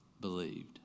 believed